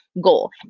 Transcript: goal